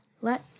Let